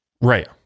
right